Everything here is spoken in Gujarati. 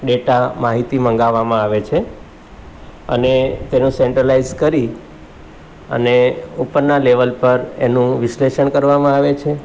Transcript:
ડેટા માહિતી મંગાવામાં આવે છે અને તેનું સેન્ટરલાઇઝ કરી અને ઉપરના લેવલ પર એનું વિશ્લેષણ કરવામાં આવે છે